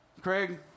Craig